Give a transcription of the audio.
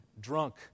drunk